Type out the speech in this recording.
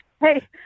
Hey